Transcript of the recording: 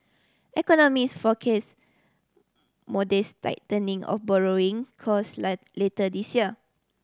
economist forecast modest tightening of borrowing cost later this year